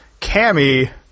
Cammy